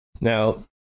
Now